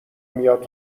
میاد